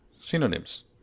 Synonyms